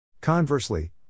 Conversely